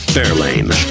Fairlane